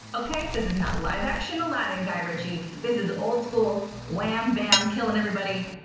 okay? this is not live-action aladdin guy ritchie. this is old school, wham bam killin' everybody